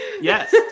Yes